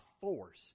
force